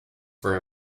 for